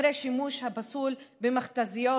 אחרי השימוש הפסול במכת"זיות,